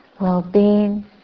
well-being